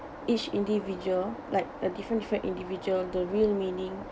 each individual like a different different individual the real meaning